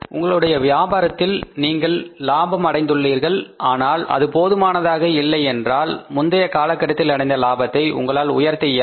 உங்களுடைய வியாபாரத்தில் நீங்கள் லாபம் அடைந்து உள்ளீர்கள் ஆனால் அது போதுமானதாக இல்லையென்றால் முந்தைய காலகட்டத்தில் அடைந்த லாபத்தை உங்கள் உயர்த்த இயலாது